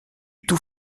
tout